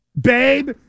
Babe